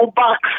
box